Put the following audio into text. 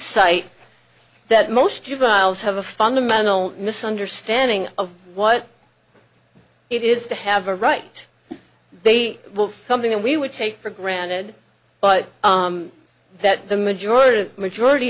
cite that most juveniles have a fundamental misunderstanding of what it is to have a right they will something that we would take for granted but that the majority of majority